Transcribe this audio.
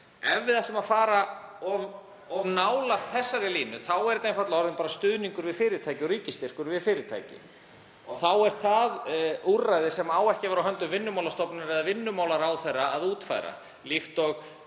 Ef við ætlum að fara of nálægt þessari línu þá er þetta einfaldlega orðinn stuðningur og ríkisstyrkur við fyrirtæki. Þá er það úrræði sem á ekki að vera á höndum Vinnumálastofnunar eða atvinnumálaráðherra að útfæra, líkt og